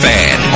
Fan